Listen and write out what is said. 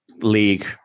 league